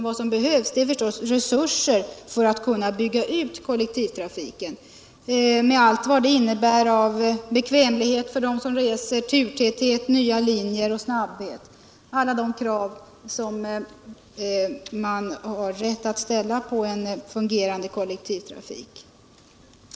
Vad som behövs är förstås resurser för att kunna bygga ut kollektivtrafiken med allt vad det innebär av bekvämlighet för dem som reser, turtäthet, nya linjer, snabbhet och alla de krav som man har rätt att ställa på en fungerande kollektivtrafik.